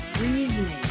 Reasoning